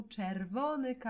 Czerwony